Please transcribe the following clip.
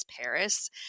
Paris